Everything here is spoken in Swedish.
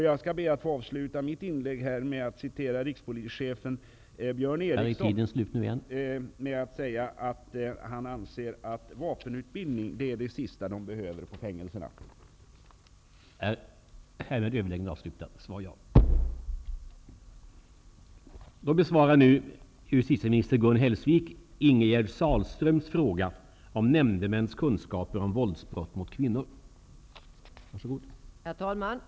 Jag skall be att få avsluta mitt inlägg med att nämna att rikspolischefen Björn Eriksson sade att han anser att vapenutbildning är det sista som de som är intagna på fängelser behöver.